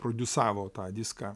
prodiusavo tą diską